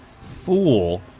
fool